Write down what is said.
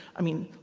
i mean,